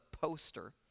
poster